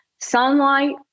Sunlight